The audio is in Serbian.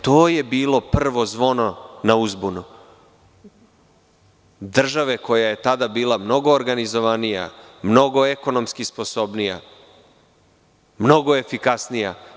To je bilo prvo zvono na uzbunu države koja je tada bila mnogo organizovanija, mnogo ekonomski sposobnija, mnogo efikasnija.